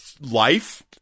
Life